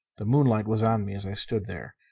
the moonlight was on me as i stood there.